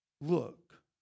look